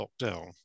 lockdown